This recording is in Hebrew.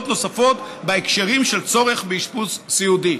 נוספות בהקשרים של צורך באשפוז סיעודי.